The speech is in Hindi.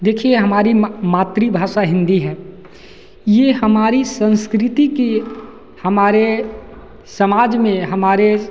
देखिए हमारी मातृभाषा हिंदी है ये हमारी संस्कृति की हमारे समाज में हमारे